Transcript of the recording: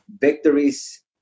victories